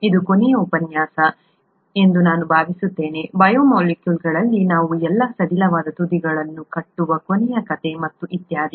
ಇದು ಕೊನೆಯ ಉಪನ್ಯಾಸ ಎಂದು ನಾನು ಭಾವಿಸುತ್ತೇನೆ ಬಯೋಮಾಲಿಕ್ಯೂಲ್ಗಳಲ್ಲಿ ನಾವು ಎಲ್ಲಾ ಸಡಿಲವಾದ ತುದಿಗಳನ್ನು ಕಟ್ಟುವ ಕೊನೆಯ ಕಥೆ ಮತ್ತು ಇತ್ಯಾದಿ